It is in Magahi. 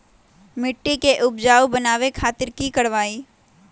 मिट्टी के उपजाऊ बनावे खातिर की करवाई?